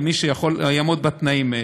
למי שיעמוד בתנאים האלו.